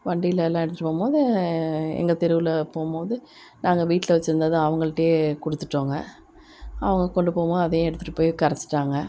வண்டிலலாம் எடுத்துகிட்டு போகும்போது எங்கள் தெருவில் போகும்போது நாங்கள் வீட்டில் வெச்சிருந்ததை அவங்கள்ட்டையே கொடுத்துட்டோங்க அவங்க கொண்டு போகும்போது அதையும் எடுத்துகிட்டு போய் கரைச்சிட்டாங்க